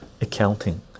accounting